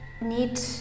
need